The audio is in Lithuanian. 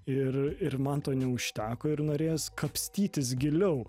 ir ir man to neužteko ir norėjos kapstytis giliau